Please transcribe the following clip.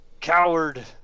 Coward